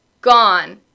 gone